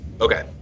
okay